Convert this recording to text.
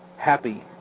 happy